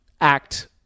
act